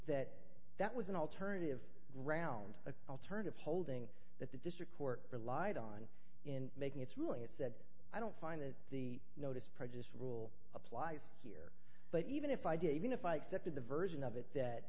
that that was an alternative ground of alternative holding that the district court relied on in making its ruling and said i don't find that the notice prejudice rule applies here but even if i did even if i accepted the version of it that